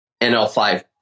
NL5